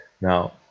Now